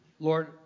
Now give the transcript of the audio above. Lord